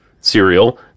cereal